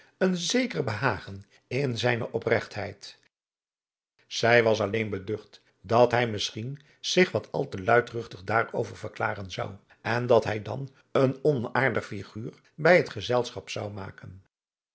een zeker behagen in zijne opregtheid zij was alleen beducht dat hij misschien zich wat al te luidruchtig daarover verklaren zou en dat hij dan een onaardig figuur bij het gezelschap zou maken